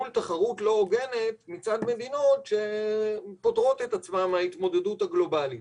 מול תחרות לא הוגנת מצד מדינות שפותרות את עצמן מההתמודדות הגלובלית.